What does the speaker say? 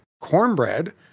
Cornbread